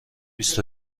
بیست